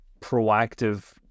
proactive